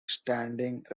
standing